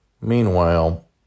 Meanwhile